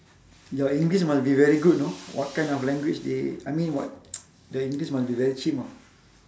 your english must be very good you know what kind of language they I mean what the english must be very chim ah